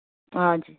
آ جی